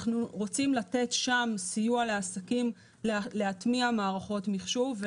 אנחנו רוצים לתת שם סיוע לעסקים להטמיע מערכות מחשוב.